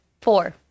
Four